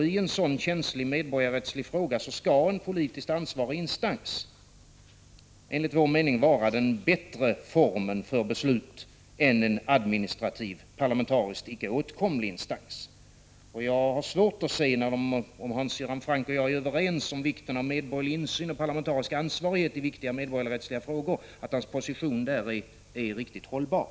I en sådan känslig medborgarrättslig fråga skall en politiskt ansvarig instans enligt vår mening vara den bättre formen för beslut än en administrativ, parlamentariskt icke åtkomlig instans. Jag har — även om Hans Göran Franck och jag är överens om vikten av medborgerlig insyn och parlamentarisk ansvarighet i viktiga medborgarrättsliga frågor — svårt att se att hans position är riktigt hållbar.